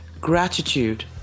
gratitude